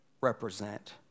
represent